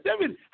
David